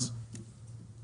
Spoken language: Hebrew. זה מה שהבנתי.